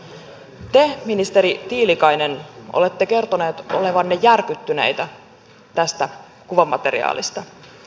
te ministeri tiilikainen olette kertonut olevanne järkyttynyt tästä kuvamateriaalista